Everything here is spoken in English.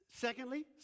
Secondly